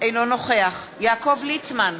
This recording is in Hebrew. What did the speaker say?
אינו נוכח יעקב ליצמן,